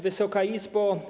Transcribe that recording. Wysoka Izbo!